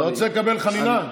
אתה רוצה לקבל חנינה?